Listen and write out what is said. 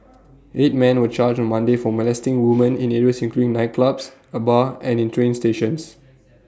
eight man were charged on Monday for molesting woman in areas including nightclubs A bar and in train stations